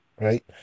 right